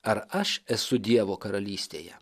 ar aš esu dievo karalystėje